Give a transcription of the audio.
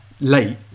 late